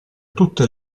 tutte